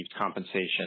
compensation